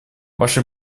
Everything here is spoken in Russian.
ваши